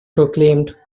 proclaimed